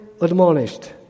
admonished